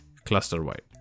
cluster-wide